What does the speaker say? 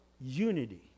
unity